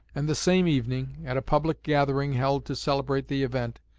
and the same evening, at a public gathering held to celebrate the event,